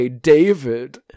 David